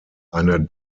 eine